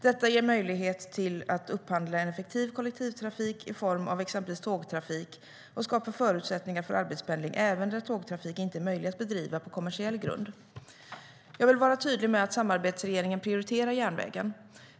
Detta ger möjlighet till att upphandla en effektiv kollektivtrafik i form av exempelvis tågtrafik och skapar förutsättningar för arbetspendling även där tågtrafik inte är möjlig att bedriva på rent kommersiell grund. Jag vill vara tydlig med att samarbetsregeringen prioriterar järnvägen.